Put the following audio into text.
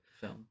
film